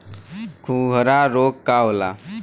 खुरहा रोग का होला?